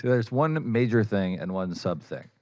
there's one major thing, and one sub thing.